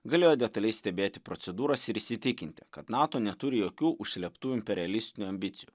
galėjo detaliai stebėti procedūras ir įsitikinti kad nato neturi jokių užslėptų imperialistinių ambicijų